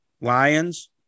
Lions